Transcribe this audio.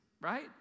right